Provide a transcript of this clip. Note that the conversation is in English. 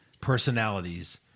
personalities